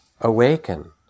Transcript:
Awaken